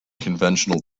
conventional